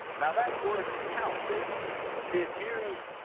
now that word counted is used